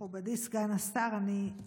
מכובדי סגן השר, אני,